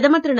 பிரதமர் திரு